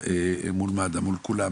מול מד"א ומול כולם